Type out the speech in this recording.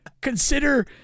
Consider